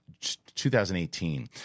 2018